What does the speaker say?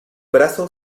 brazo